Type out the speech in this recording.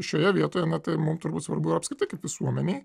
šioje vietoje na tai mum turbūt svarbu apskritai kaip visuomenei